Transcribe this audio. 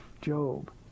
Job